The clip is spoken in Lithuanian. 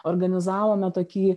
organizavome tokį